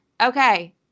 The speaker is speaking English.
okay